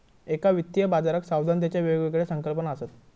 एका वित्तीय बाजाराक सावधानतेच्या वेगवेगळ्या संकल्पना असत